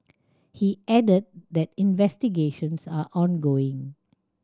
he added that investigations are ongoing